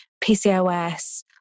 PCOS